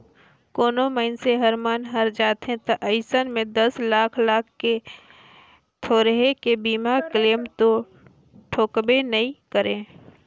कोनो मइनसे हर मन हर जाथे त अइसन में दस लाख लाख ले थोरहें के बीमा क्लेम तो ठोकबे नई करे